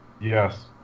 Yes